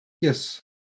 Yes